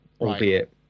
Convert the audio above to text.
albeit